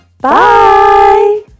Bye